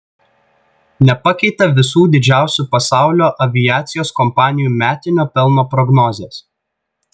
nepakeitė visų didžiausių pasaulio aviacijos kompanijų metinio pelno prognozės